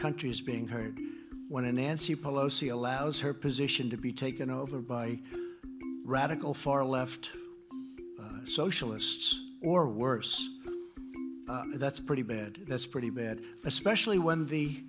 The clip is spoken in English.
country is being hurt when nancy pelosi allows her position to be taken over by radical far left socialists or worse that's pretty bad that's pretty bad especially when the